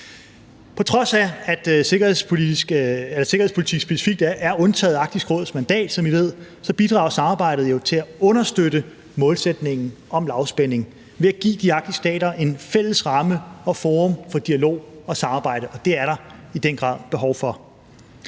På trods af at sikkerhedspolitik specifikt er undtaget Arktisk Råds mandat, hvilket I ved, så bidrager samarbejdet jo til at understøtte målsætningen om lavspænding ved at give de arktiske stater en fælles ramme og et forum for dialog og samarbejde – og det er der i den grad behov for.